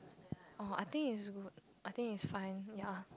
orh I think it's good I think it's fine ya